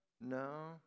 No